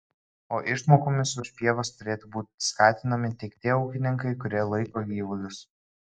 o išmokomis už pievas turėtų būtų skatinami tik tie ūkininkai kurie laiko gyvulius